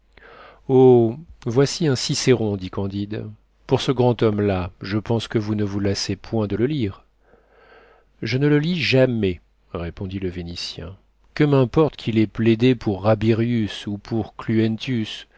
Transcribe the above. voici un cicéron dit candide pour ce grand homme-là je pense que vous ne vous lassez point de le lire je ne le lis jamais répondit le vénitien que m'importe qu'il ait plaidé pour rabirius ou pour